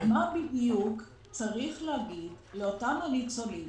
מה בדיוק צריך לומר לאותם ניצולים